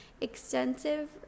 extensive